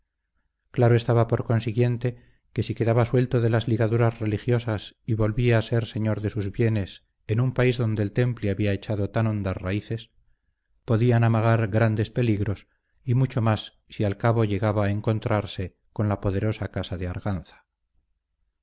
claro estaba por consiguiente que si quedaba suelto de las ligaduras religiosas y volvía a ser señor de sus bienes en un país donde el temple había echado tan hondas raíces podían amagar grandes peligros y mucho más si al cabo llegaba a entroncarse con la poderosa casa de arganza